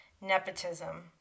Nepotism